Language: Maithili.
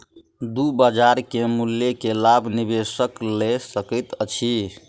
दू बजार के मूल्य के लाभ निवेशक लय सकैत अछि